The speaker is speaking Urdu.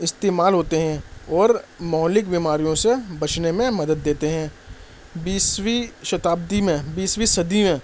استعمال ہوتے ہیں اور مہلک بیماریوں سے بچنے میں مدد دیتے ہیں بیسویں شتابدی میں بیسویں صدی میں